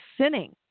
sinning